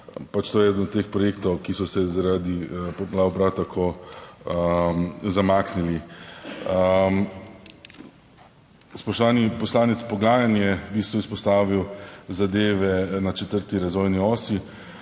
to je eden od teh projektov, ki so se zaradi poplav prav tako zamaknili. Spoštovani poslanec Pogajan je v bistvu izpostavil zadeve na četrti razvojni osi.